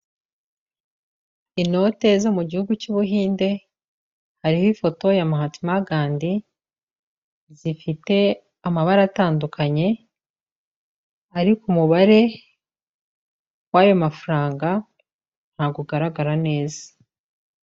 Inote zo mu gihugu cy'u Buhinde hariho ifoto ya Mahatmagandi zifite amabara atandukanye ariko umubare wayo mafaranga ntabwo ugaragara neza.